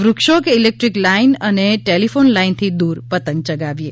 વૃક્ષો કે electric line અને ટેલીફોન લાઇનથી દુર પતંગ યગાવીએ